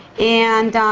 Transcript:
and,